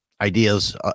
ideas